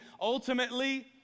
ultimately